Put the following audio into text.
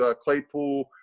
Claypool